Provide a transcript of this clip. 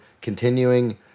continuing